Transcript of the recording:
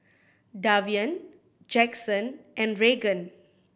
Davian Jackson and Regan